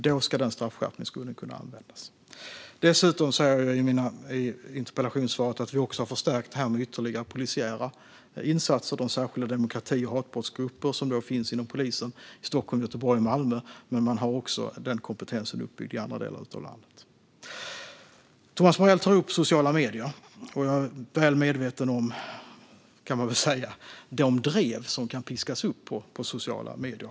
Då ska den straffskärpningsgrunden kunna användas. I interpellationssvaret sa jag att vi också har förstärkt med ytterligare polisiära insatser, med särskilda demokrati och hatbrottsgrupper inom polisen i Stockholm, Göteborg och Malmö. Men den kompetensen har byggts upp också i andra delar av landet. Thomas Morell tar upp sociala medier. Jag är väl medveten om de drev och hatkampanjer som kan piskas upp där.